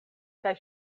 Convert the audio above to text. kaj